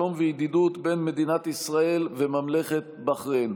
שלום וידידות בין מדינת ישראל לממלכת בחריין.